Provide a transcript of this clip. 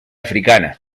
africana